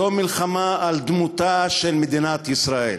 זאת מלחמה על דמותה של מדינת ישראל.